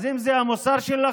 אז אם זה המוסר שלכם,